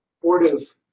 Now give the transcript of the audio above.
supportive